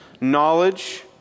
Knowledge